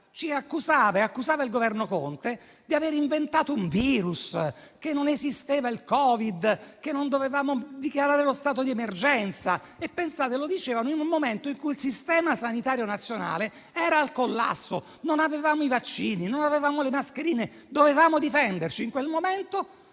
ci accusava e accusava il Governo Conte di aver inventato un virus che non esisteva, il Covid. Dicevano che non dovevamo dichiarare lo stato d'emergenza e - pensate - lo dicevano in un momento in cui il sistema sanitario nazionale era al collasso: non avevamo i vaccini, né le mascherine e dovevamo difenderci. In quel momento,